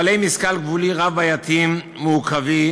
בעלי משכל גבולי רב-בעייתיים מורכבים,